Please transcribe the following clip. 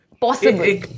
possible